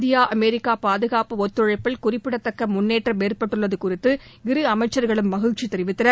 India அணிக்கா பாதுகாப்பு ஒத்துழைப்பில் குறிப்பிடத்தக்க முன்னேற்றம் ஏற்பட்டுள்ளது குறித்து இரு அமைச்சர்களும் மகிழ்ச்சி தெரிவித்தனர்